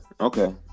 okay